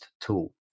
tool